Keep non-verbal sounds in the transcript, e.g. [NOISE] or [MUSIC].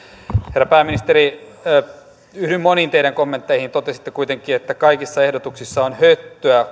herra pääministeri yhdyn moniin teidän kommentteihinne totesitte kuitenkin että kaikissa ehdotuksissa on höttöä [UNINTELLIGIBLE]